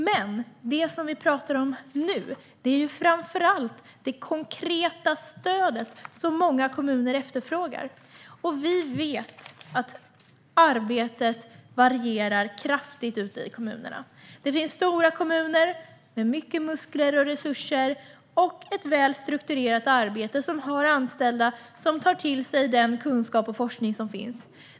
Men det som vi pratar om nu är framför allt det konkreta stöd som många kommuner efterfrågar. Vi vet att arbetet varierar kraftigt ute i kommunerna. Det finns stora kommuner med mycket muskler och resurser och ett väl strukturerat arbete med anställda som tar till sig den kunskap och forskning som finns.